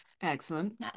excellent